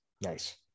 Nice